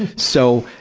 and so,